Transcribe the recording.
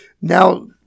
now